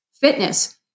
Fitness